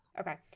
Okay